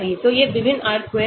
तो ये विभिन्न R square हैं